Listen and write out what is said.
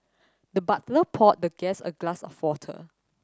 the butler poured the guest a glass of water